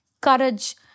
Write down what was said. courage